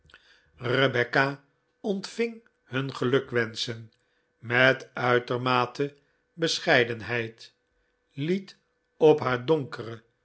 rebecca ontving hun gelukwenschen met uitermate bescheidenheid liet op haar donkere